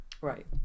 Right